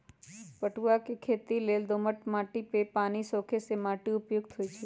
पटूआ के खेती लेल दोमट माटि जे पानि सोखे से माटि उपयुक्त होइ छइ